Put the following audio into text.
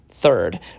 Third